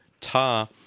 Tar